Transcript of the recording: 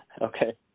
okay